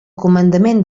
comandament